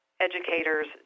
educators